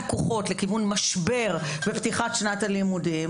פקוחות לכיוון משבר בפתיחת שנת הלימודים.